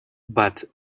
but